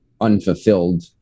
unfulfilled